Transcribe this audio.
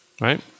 right